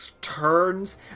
turns